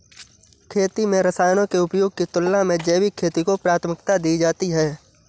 खेती में रसायनों के उपयोग की तुलना में जैविक खेती को प्राथमिकता दी जाती है